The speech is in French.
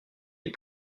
les